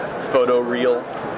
photo-real